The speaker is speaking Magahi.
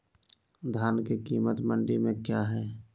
धान के कीमत मंडी में क्या है?